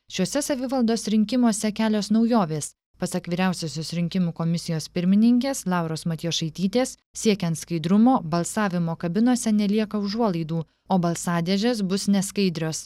šiuose savivaldos rinkimuose kelios naujovės pasak vyriausiosios rinkimų komisijos pirmininkės lauros matjošaitytės siekiant skaidrumo balsavimo kabinose nelieka užuolaidų o balsadėžės bus neskaidrios